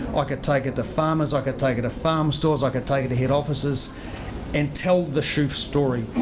i could take it to farmers. i could take it to farmstalls. i could take it to head offices and tell the shoof story.